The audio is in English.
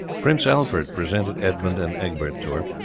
prince alfred presented edmund and egbert to her.